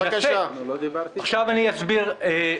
אני מנסה להגיד את העמדה.